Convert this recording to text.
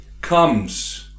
comes